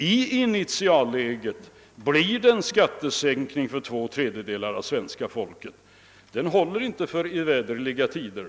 I initialläget blir det en skattesänkning för två tredjedelar av svenska folket. Den håller inte för evärdeliga tider.